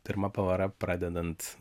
pirma pavara pradedant